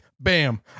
bam